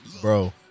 Bro